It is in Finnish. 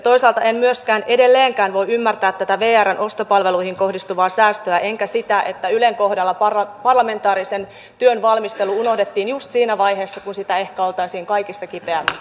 tässäkin asiassa arvoisa puhemies voi sanoa että kun pidämme oman maamme kunnossa ja pystymme toimimaan itsenäisesti selviämme tulevistakin vuosista paljon paremmin kuin siinä tilanteessa että olisimme toisista riippuvaisia